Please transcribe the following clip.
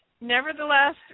nevertheless